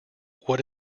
what